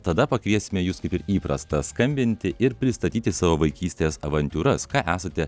tada pakviesime jus kaip ir įprasta skambinti ir pristatyti savo vaikystės avantiūras ką esate